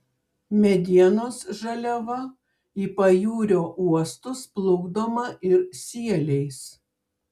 medienos žaliava į pajūrio uostus plukdoma ir sieliais